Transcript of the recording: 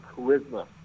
charisma